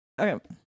Okay